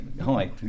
hi